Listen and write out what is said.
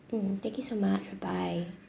mm thank you so much bye